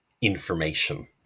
information